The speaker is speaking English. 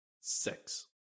six